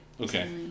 Okay